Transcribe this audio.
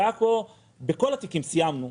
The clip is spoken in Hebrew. בעכו בכל התיקים סיימנו,